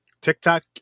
TikTok